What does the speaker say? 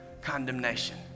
condemnation